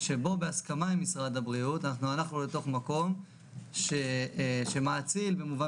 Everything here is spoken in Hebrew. שבו בהסכמה עם משרד הבריאות הלכנו לתוך מקום שמאציל במובן